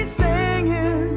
singing